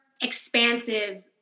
expansive